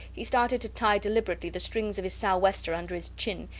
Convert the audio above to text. he started to tie deliberately the strings of his sou-wester under his chin,